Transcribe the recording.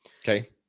Okay